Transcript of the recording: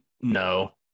no